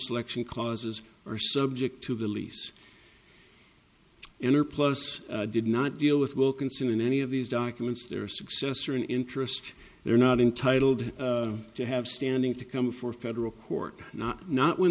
selection clauses are subject to the lease inor plus did not deal with wilkinson in any of these documents their successor in interest they're not entitled to have standing to come for federal court not not when